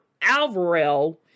Alvarell